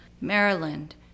Maryland